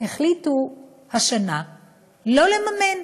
החליטו השנה שלא לממן,